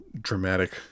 dramatic